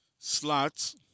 slots